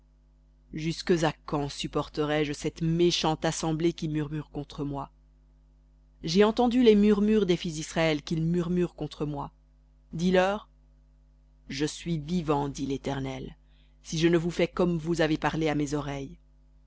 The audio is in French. jusques à quand cette méchante assemblée qui murmure contre moi j'ai entendu les murmures des fils d'israël qu'ils murmurent contre moi dis-leur je suis vivant dit l'éternel si je ne vous fais comme vous avez parlé à mes oreilles